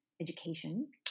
education